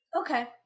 Okay